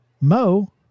Mo